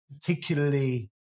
particularly